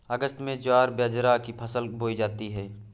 अगस्त में ज्वार बाजरा की फसल बोई जाती हैं